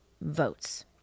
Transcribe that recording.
votes